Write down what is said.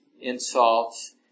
insults